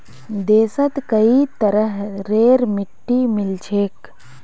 देशत कई तरहरेर मिट्टी मिल छेक